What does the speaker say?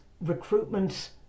Recruitment